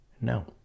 No